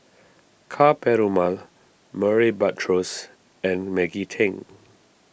Ka Perumal Murray Buttrose and Maggie Teng